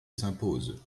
s’impose